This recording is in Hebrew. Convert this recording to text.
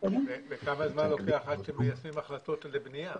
וכמה זמן לוקח עד שמיישמים החלטות לבנייה?